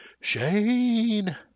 Shane